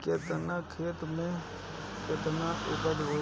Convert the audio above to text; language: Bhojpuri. केतना खेत में में केतना उपज होई?